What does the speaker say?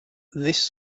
this